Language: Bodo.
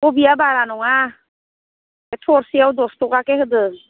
कबिया बारा नङा थरसेयाव दस ताकाकै होदों